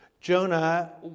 Jonah